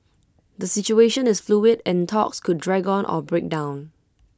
the situation is fluid and talks could drag on or break down